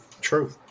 True